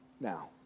now